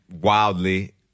wildly